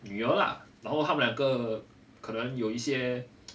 女儿啦然后他们两个可能有一些